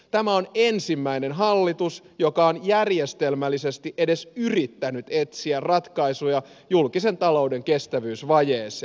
tämä on ensimmäinen hallitus joka on järjestelmällisesti edes yrittänyt etsiä ratkaisuja julkisen talouden kestävyysvajeeseen